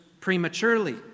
prematurely